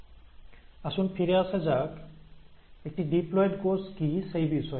আসুন ফিরে আসা যাক একটি ডিপ্লয়েড কোষ কি সেই বিষয়ে